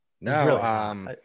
No